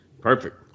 perfect